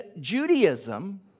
Judaism